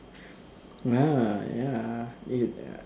uh ya it uh